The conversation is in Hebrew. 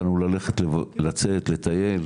יכולנו ללכת לצאת לטייל,